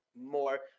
more